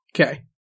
Okay